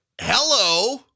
Hello